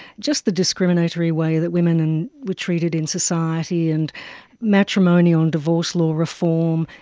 just the discriminatory way that women were treated in society, and matrimonial and divorce law reform,